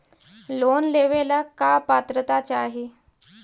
Loan लेवेला का पात्रता चाही?